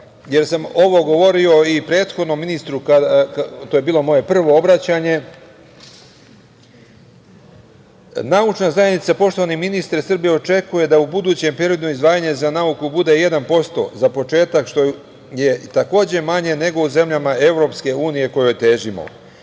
jer sam ovo govorio i prethodnom ministru, to je bilo moje prvo obraćanje, Naučna zajednica Srbije poštovani ministre očekuje da u budućem periodu izdvajanje za nauku bude 1% za početak što je takođe manje nego u zemljama EU kojoj težimo.